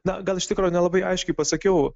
na gal iš tikro nelabai aiškiai pasakiau